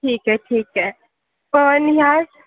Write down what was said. ठीक आहे ठीक आहे पण ह्या